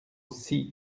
six